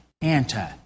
anti